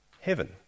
heaven